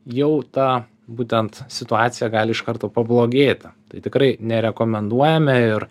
jau ta būtent situacija gali iš karto pablogėti tai tikrai nerekomenduojame ir